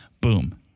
boom